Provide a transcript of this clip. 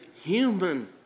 human